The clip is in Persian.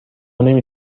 نمی